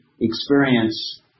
experience